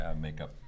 makeup